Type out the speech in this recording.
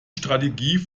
strategie